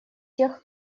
тех